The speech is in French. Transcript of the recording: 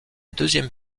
deuxième